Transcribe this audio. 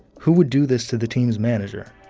who would do this to the team's manager?